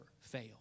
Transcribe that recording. fail